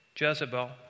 Jezebel